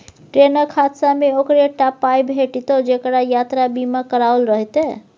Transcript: ट्रेनक हादसामे ओकरे टा पाय भेटितै जेकरा यात्रा बीमा कराओल रहितै